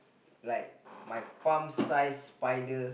like my palm size spider